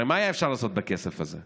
הרי מה היה אפשר לעשות בכסף הזה?